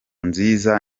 nziza